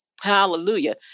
Hallelujah